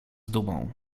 dumą